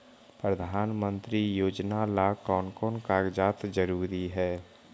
प्रधानमंत्री योजना ला कोन कोन कागजात जरूरी है?